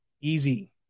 easy